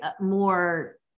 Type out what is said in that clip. more